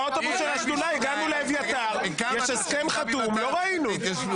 ------ לא ראינו.